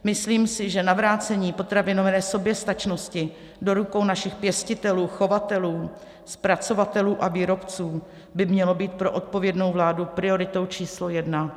Myslím si, že navrácení potravinové soběstačnosti do rukou našich pěstitelů, chovatelů, zpracovatelů a výrobců by mělo být pro odpovědnou vládu prioritou číslo jedna.